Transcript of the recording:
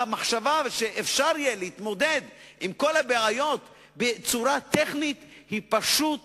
והמחשבה שאפשר להתמודד עם כל הבעיות בצורה טכנית היא פשוט